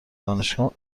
دانشگاه